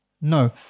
No